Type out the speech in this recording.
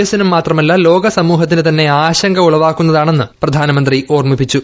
എസ്സിനും മാത്രമല്ല ലോക സമൂഹത്തിനു തന്നെ ആശങ്ക ഉളവാക്കുന്നതാണെന്ന് പ്രധാനമന്ത്രി ഓർമ്മിപ്പിച്ചു